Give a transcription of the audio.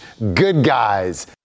goodguys